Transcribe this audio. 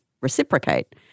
reciprocate